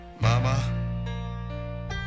Mama